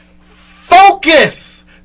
focus